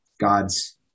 God's